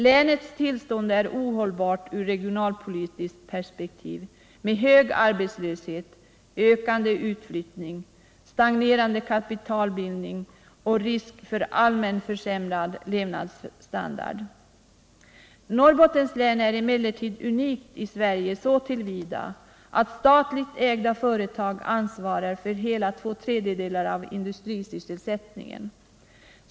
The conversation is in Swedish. Länets tillstånd är ohållbart ur regionalpolitiskt perspektiv, med hög arbetslöshet, ökande utflyttning, stagnerande kapitalbildning och risk för allmänt försämrad levnadsstandard. Norrbottens län är emellertid unikt i Sverige så till vida att statligt ägda företag ansvarar för hela två tredjedelar av industrisysselsättningen.